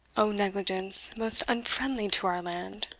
o negligence most unfriendly to our land!